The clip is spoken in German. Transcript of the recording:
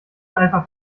einfach